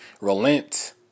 Relent